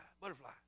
butterfly